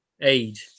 Aid